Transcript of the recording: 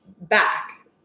back